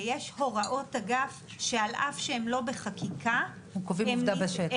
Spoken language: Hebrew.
ויש הוראות אגף שעל אף שהם לא בחקיקה -- הם קובעים עובדה בשטח.